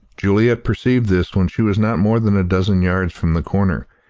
juliet perceived this when she was not more than a dozen yards from the corner,